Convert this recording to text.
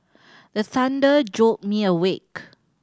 the thunder jolt me awake